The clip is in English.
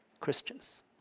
Christians